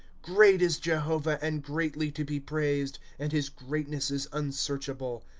great is jehovah, and greatly to be praised, and his greatness is unsearchable.